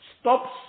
stops